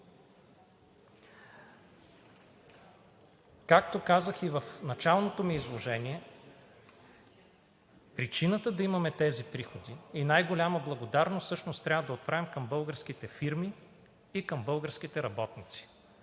Както казах и в началното ми изложение, причината да имаме тези приходи, и най голяма благодарност трябва да отправим към българските фирми и към българските работници,